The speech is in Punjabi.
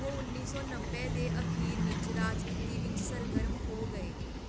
ਉਹ ਉੱਨੀ ਸੌ ਨੱਬੇ ਦੇ ਅਖੀਰ ਵਿੱਚ ਰਾਜਨੀਤੀ ਵਿੱਚ ਸਰਗਰਮ ਹੋ ਗਏ